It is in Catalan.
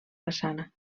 façana